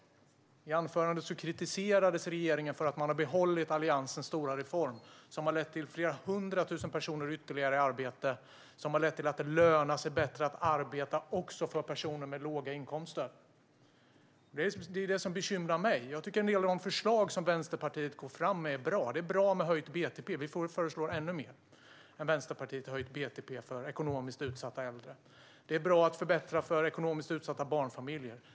I anförandet kritiserades regeringen för att man har behållit Alliansens stora reform, som har lett till flera hundra tusen ytterligare personer i arbete. Den har lett till att det lönar sig bättre att arbeta också för personer med låga inkomster. Det är det som bekymrar mig. Jag tycker att en del av de förslag Vänsterpartiet går fram med är bra. Det är bra med ett höjt BTP; vi föreslår ännu mer än Vänsterpartiet när det gäller en höjning av BTP till ekonomiskt utsatta äldre. Det är bra att förbättra för ekonomiskt utsatta barnfamiljer.